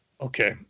Okay